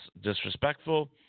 disrespectful